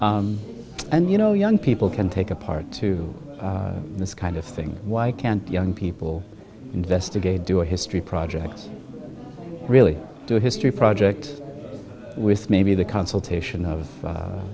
and you know young people can take a part to this kind of thing why can't young people investigate do a history project really do a history project with maybe the consultation of